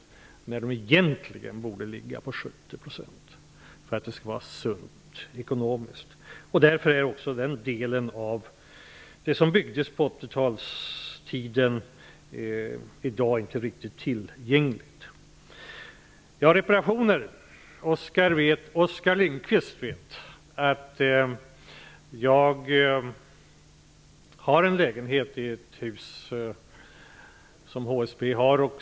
Den borde egentligen ligga på 70 % för att det skall vara ekonomiskt sunt. Därför är inte heller den delen av det som byggdes på 80-talet riktigt tillgänglig i dag. Oskar Lindkvist vet att jag har en lägenhet i ett hus som ägs av HSB.